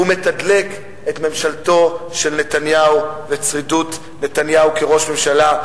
הוא מתדלק את ממשלתו של נתניהו ואת שרידות נתניהו כראש ממשלה.